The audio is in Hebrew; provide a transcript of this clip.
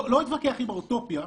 לא אתווכח עם האוטופיה,